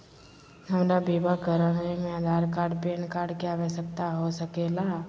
हमरा बीमा कराने में आधार कार्ड पैन कार्ड की आवश्यकता हो सके ला?